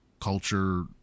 culture